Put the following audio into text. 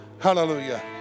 Hallelujah